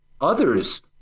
others